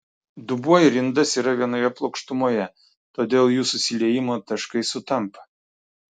dubuo ir indas yra vienoje plokštumoje todėl jų susiliejimo taškai sutampa